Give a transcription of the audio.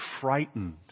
frightened